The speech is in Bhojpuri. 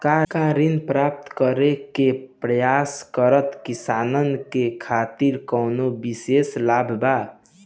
का ऋण प्राप्त करे के प्रयास करत किसानन के खातिर कोनो विशेष लाभ बा